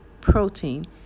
protein